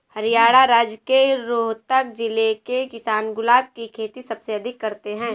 हरियाणा राज्य के रोहतक जिले के किसान गुलाब की खेती सबसे अधिक करते हैं